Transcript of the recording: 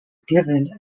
given